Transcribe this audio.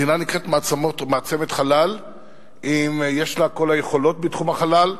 מדינה נקראת מעצמת חלל אם יש כל היכולות בתחום החלל,